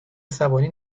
عصبانی